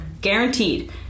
Guaranteed